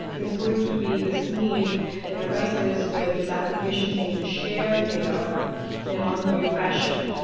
there's going to be this need that arises where these applications need to share data in an ongoing fashion.